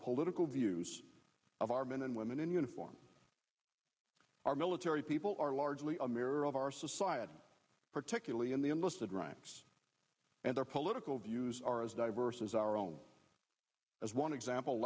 political views of our men and women in uniform our military people are largely a mirror of our society particularly in the enlisted ranks and their political views are as diverse as our own as one example